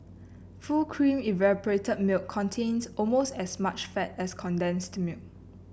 full cream evaporated milk contains almost as much fat as condensed milk